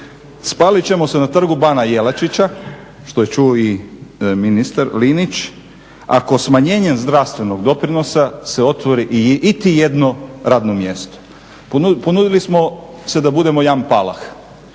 spalit ćemo se na trgu Bana Jelačića što je čuo i ministar Linić ako smanjenje zdravstvenog doprinosa se otvori iti jedno radno mjesto. Ponudili smo se da budemo jedan palah